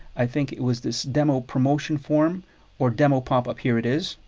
i think it was this demo promotion form or demo pop-up. here it is.